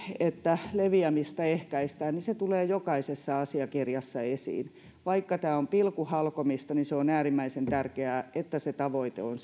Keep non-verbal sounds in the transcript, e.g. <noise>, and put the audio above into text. että leviämistä ehkäistään että se tulee jokaisessa asiakirjassa esiin vaikka tämä on pilkun halkomista niin on äärimmäisen tärkeää että se tavoite on <unintelligible>